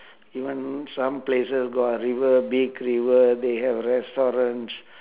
even some places got river big river they have restaurants